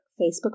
Facebook